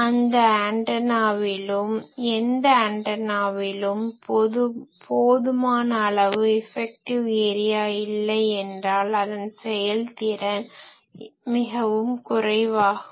எந்த ஆன்டனாவிலும் போதுமான அளவு இஃபெக்டிவ் ஏரியா இல்லையென்றால் அதன் செயல்திறன் மிகவும் குறைவாகும்